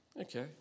okay